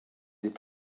est